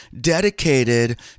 dedicated